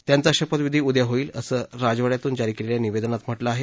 त्यांचा शपथविधी उद्या होईल असं राजवाड्यातून जारी झालेल्या निवेदनात म्हटलं आहे